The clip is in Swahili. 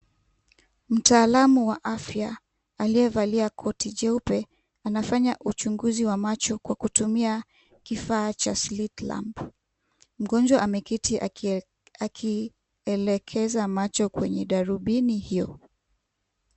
Mtaalamu wa afya aliyevalia koti jeupe anafanya uchunguzi wa macho kwa kutumia kifaa cha slit lamp , mgonjwa ameketi akielekeza macho kwenye darubini hiyo.